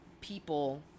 people